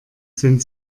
sind